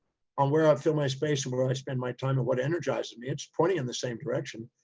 on where i fill my space from where i spend my time at what energizes me, it's pointing in the same direction.